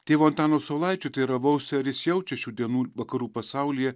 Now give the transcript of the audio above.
tėvo antano saulaičio teiravausi ar jis jaučia šių dienų vakarų pasaulyje